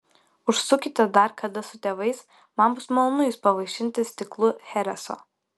užsukite dar kada su tėvais man bus malonu jus pavaišinti stiklu chereso